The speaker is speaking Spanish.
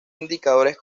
indicadores